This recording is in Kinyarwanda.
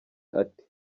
ati